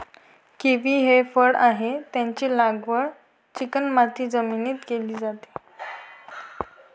kiwi हे फळ आहे, त्याची लागवड चिकणमाती जमिनीत केली जाते